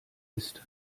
ist